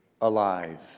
alive